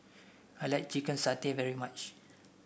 I like Chicken Satay very much